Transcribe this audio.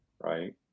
right